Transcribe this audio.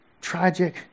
tragic